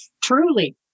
truly